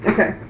Okay